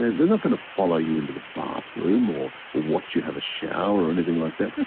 they're not going to follow you into the bathroom or watch you have a shower or anything like that.